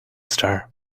star